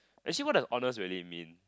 actually what does honours really mean